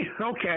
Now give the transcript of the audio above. Okay